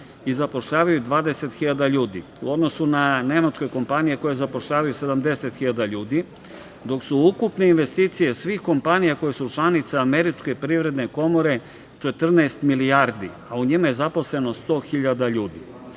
i zapošljavaju 20.000 ljudi, u odnosu na nemačke kompanije koje zapošljavaju 70.000 ljudi, dok su ukupne investicije svih kompanija koje su članice Američke privredne komore 14 milijardi, a u njima je zaposlenost 100.000 ljudi.